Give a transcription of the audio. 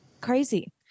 Crazy